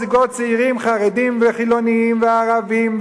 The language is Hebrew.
זוגות צעירים חרדים וחילונים וערבים,